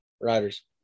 Riders